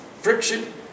friction